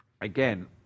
Again